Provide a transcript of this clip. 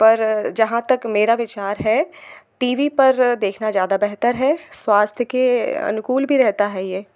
पर जहाँ तक मेरा विचार है टी वी पर देखना ज़्यादा बेहतर है स्वास्थ्य के अनुकूल भी रहता है यह